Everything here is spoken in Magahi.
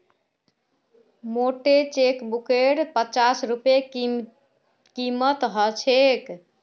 मोटे चेकबुकेर पच्चास रूपए कीमत ह छेक